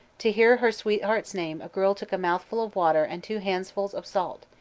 to hear her sweetheart's name a girl took a mouthful of water and two handfuls of salt,